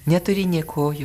neturi nė kojų